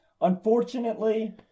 Unfortunately